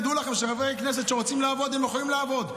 תדעו לכם שחברי הכנסת שרוצים לעבוד יכולים לעבוד.